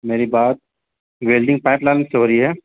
میری بات welding pipeline سے ہو رہی ہے